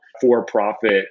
for-profit